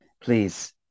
please